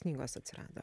knygos atsirado